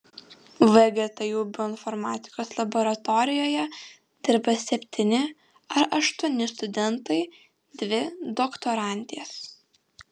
vgtu bioinformatikos laboratorijoje dirba septyni ar aštuoni studentai dvi doktorantės